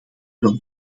wel